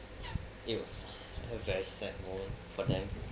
it was a very sad moment for them